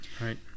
Right